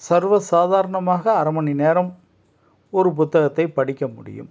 சர்வ சாதாரணமாக அரைமணிநேரம் ஒரு புத்தகத்தை படிக்க முடியும்